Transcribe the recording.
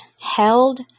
held